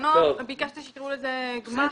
בזמנו ביקשתי שיקראו לזה גמ"חים.